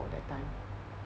that time